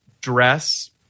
dress